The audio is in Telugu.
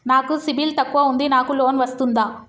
నాకు సిబిల్ తక్కువ ఉంది నాకు లోన్ వస్తుందా?